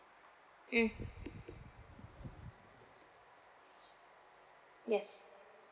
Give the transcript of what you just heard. mm yes